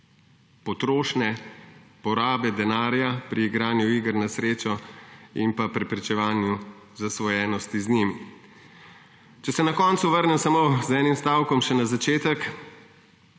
potrošnje, porabe denarja pri igranju iger na srečo in preprečevanje zasvojenosti z njimi. Če se na koncu vrnem samo z enim stavkom še na začetek.